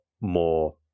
more